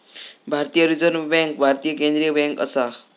भारतीय Reserve Bank भारताची केंद्रीय बँक आसा